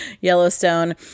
Yellowstone